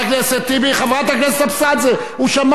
הוא שמע אותך ולא קרא קריאות ביניים.